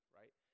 right